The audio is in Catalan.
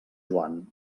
joan